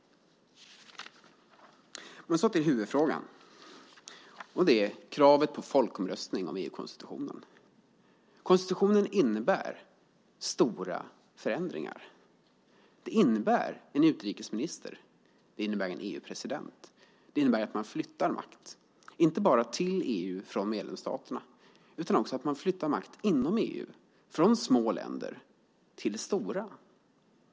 Så till huvudfrågan, och det är kravet på folkomröstning om EU-konstitutionen. Konstitutionen innebär stora förändringar. Den innebär en utrikesminister, en EU-president och att man flyttar makt - inte bara till EU från medlemsstaterna utan också inom EU, från små länder till stora.